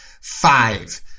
five